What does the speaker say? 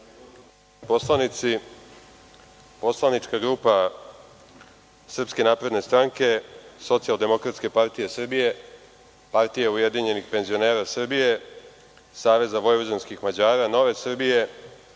poslanici, Poslanička grupa SNS, Socijaldemokratske partije Srbije, Partije ujedinjenih penzionera Srbije, Saveza vojvođanskih Mađara, Nove Srbije,